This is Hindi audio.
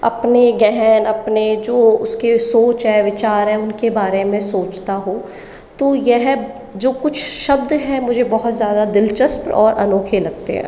अपने गहन अपने जो उसके सोच है विचार है उनको बारे में सोचता हो तो यह जो कुछ शब्द है मुझे बहुत ज़्यादा दिलचस्प और अनोखे लगते हैं